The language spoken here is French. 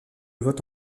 vote